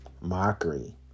mockery